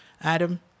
adam